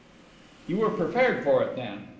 you were prepared for it then?